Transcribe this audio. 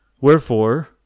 Wherefore